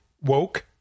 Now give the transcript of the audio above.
woke